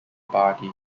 party